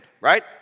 right